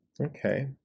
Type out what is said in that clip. okay